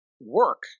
work